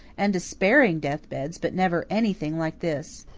and despairing death-beds, but never anything like this.